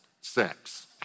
sex